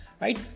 right